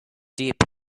deep